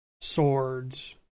swords